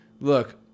look